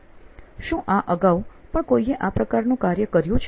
શું આ અગાઉ પણ કોઈએ આ પ્રકારનું કાર્ય કર્યું છે